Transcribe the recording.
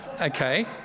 Okay